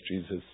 Jesus